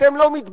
אתם לא מתביישים?